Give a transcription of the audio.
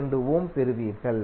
292 ஓம் பெறுவீர்கள்